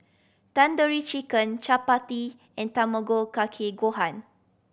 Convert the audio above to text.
Tandoori Chicken Chapati and Tamago Kake Gohan